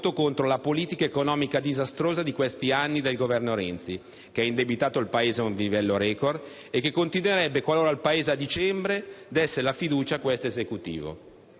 contro la politica economica disastrosa di questi anni del Governo Renzi, che ha indebitato il Paese a un livello *record* e che continuerebbe qualora il Paese, a dicembre desse, la fiducia a questo Esecutivo.